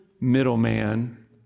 middleman